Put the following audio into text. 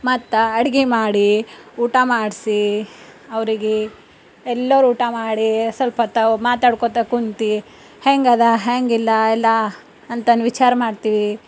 ಮತ್ತು ಅಡುಗೆ ಮಾಡಿ ಅವರಿಗೆ ಎಲ್ಲರೂ ಊಟ ಮಾಡಿ ಸ್ವಲ್ಪೊತ್ತು ಅವು ಮಾತಾಡ್ಕೊಳ್ತಾ ಕುಂತು ಹೇಗಿದೆ ಹೇಗಿಲ್ಲ ಎಲ್ಲ ಅಂತಂದು ವಿಚಾರ ಮಾಡ್ತೀವಿ